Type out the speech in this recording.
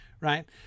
right